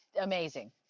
Amazing